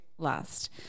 last